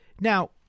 Now